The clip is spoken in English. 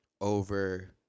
over